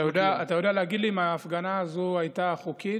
אתה יודע להגיד לי אם ההפגנה הזאת הייתה חוקית?